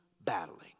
battling